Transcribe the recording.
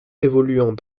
évoluant